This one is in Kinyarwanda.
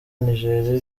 nigeria